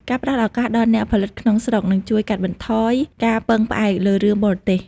ការផ្តល់ឱកាសដល់អ្នកផលិតក្នុងស្រុកនឹងជួយកាត់បន្ថយការពឹងផ្អែកលើរឿងបរទេស។